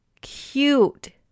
cute